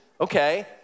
okay